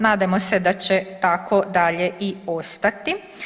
Nadamo se da će tako dalje i ostati.